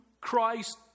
Christ